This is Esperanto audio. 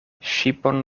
ŝipon